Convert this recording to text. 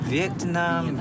Vietnam